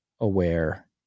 aware